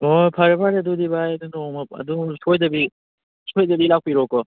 ꯍꯣ ꯐꯔꯦ ꯐꯔꯦ ꯑꯗꯨꯗꯤ ꯚꯥꯏ ꯑꯗꯨ ꯅꯣꯡꯃ ꯑꯗꯨ ꯁꯣꯏꯗꯕꯤ ꯂꯥꯛꯄꯤꯔꯣꯀꯣ